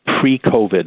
pre-COVID